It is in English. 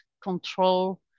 control